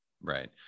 right